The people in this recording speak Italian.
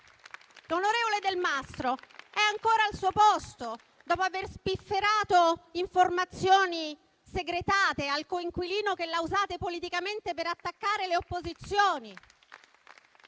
L'onorevole Del Mastro è ancora al suo posto, dopo aver spifferato informazioni segretate al coinquilino, che le ha usate politicamente per attaccare le opposizioni?